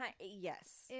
Yes